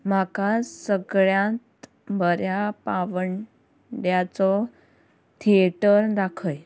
म्हाका सगळ्यांत बऱ्या पांवंड्याचो थिएटर दाखय